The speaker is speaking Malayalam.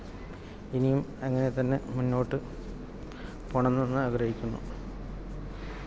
ഇനിയും അങ്ങനെ തന്നെ മുൻപോട്ട് പോകണമെന്നാണ് ആഗ്രഹിക്കുന്നു